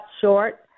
short